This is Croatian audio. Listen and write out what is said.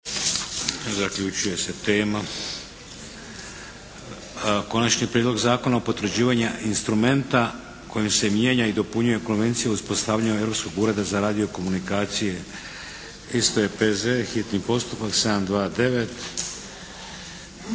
Vladimir (HDZ)** - Konačni prijedlog Zakona o potvrđivanju instrumenta kojim se mijenja i dopunjuje Konvencija o uspostavljanju Europskog ureda za radiokomunikacije /ERO/, hitni postupak,